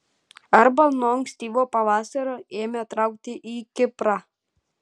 arba nuo ankstyvo pavasario ėmė traukti į kiprą